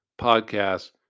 podcasts